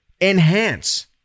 enhance